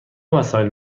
وسایل